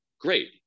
Great